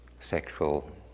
sexual